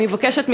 אני מבקשת מכם,